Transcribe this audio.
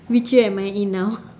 which year am I in now